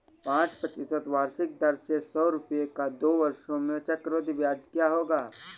पाँच प्रतिशत वार्षिक दर से सौ रुपये का दो वर्षों में चक्रवृद्धि ब्याज क्या होगा?